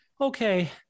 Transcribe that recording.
okay